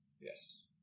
Yes